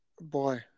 boy